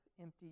empty